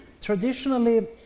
traditionally